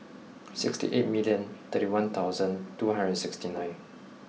sixty eight million thirty one thousand two hundred and sixty nine